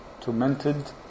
Tormented